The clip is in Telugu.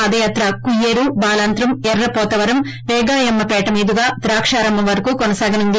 ప్రాదయాత్ర కుయ్యేరు బాలాంత్రం ఎర్రపోతవరం పేగాయమ్మ పేట మీదుగా ద్రాక్షారామం వరకు కొనసాగనుంది